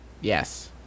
Yes